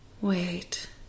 Wait